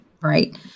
right